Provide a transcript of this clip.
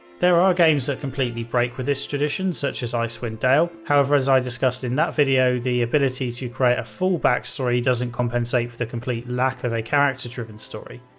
there are games that completely break with this tradition, such as icewind dale, however, as i discussed in that video, the ability to create a full backstory doesn't compensate for the complete lack of a character driven story.